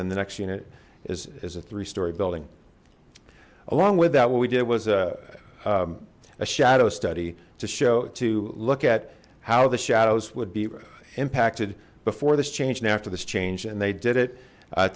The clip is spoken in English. then the next unit is is a three story building along with that what we did was a shadow study to show to look at how the shadows would be impacted before this change and after the change and they did it at